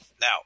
Now